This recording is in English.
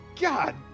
god